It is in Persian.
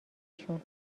شون